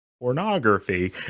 Pornography